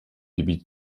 gebiet